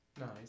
Nice